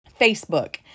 Facebook